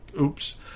Oops